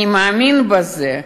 אני מאמין בזה,